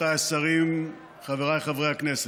רבותיי השרים, חבריי חברי הכנסת,